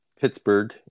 Pittsburgh